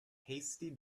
hasty